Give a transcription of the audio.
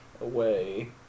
away